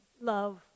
love